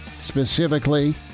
Specifically